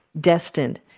destined